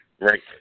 Right